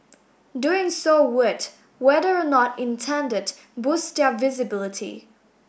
doing so would whether or not intended boost their visibility